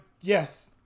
yes